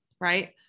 right